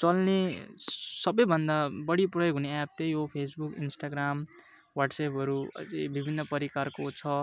चल्ने सबैभन्दा बढी प्रयोग हुने एप त्यही हो फेसबुक इन्स्टाग्राम वाट्सएपहरू अझै विभिन्न परिकारको छ